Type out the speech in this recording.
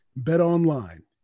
BetOnline